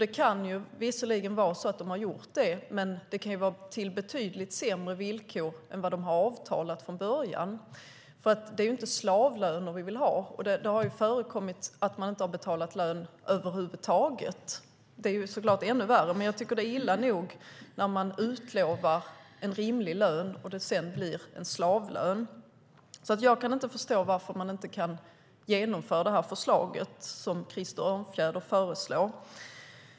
Det kan visserligen vara så att de har gjort det, men det kan vara till betydligt sämre villkor än vad som har avtalats från början. Och det är ju inte slavlöner som vi vill att migrantarbetarna ska ha. Det har förekommit att arbetsgivare inte har betalat ut någon lön över huvud taget, och det är så klart ännu värre. Men jag tycker att det är illa nog att utlova en rimlig lön som sedan blir en slavlön. Jag kan därför inte förstå varför man inte kan genomföra det som Krister Örnfjäder föreslår.